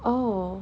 oh